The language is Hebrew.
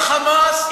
ובראשם ה"חמאס",